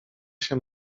się